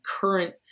current